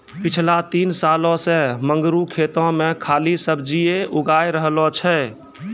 पिछला तीन सालों सॅ मंगरू खेतो मॅ खाली सब्जीए उगाय रहलो छै